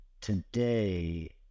today